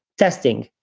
testing,